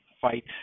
fight